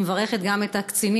אני מברכת גם את הקצינים,